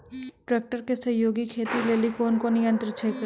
Tractor के सहयोगी खेती लेली कोन कोन यंत्र छेकै?